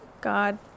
God